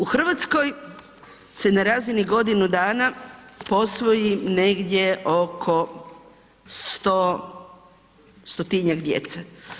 U Hrvatskoj se na razini godinu dana posvoji negdje oko stotinjak djece.